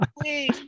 please